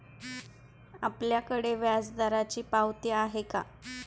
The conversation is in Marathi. आपल्याकडे व्याजदराची पावती आहे का?